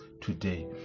today